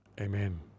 Amen